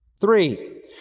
Three